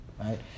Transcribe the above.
right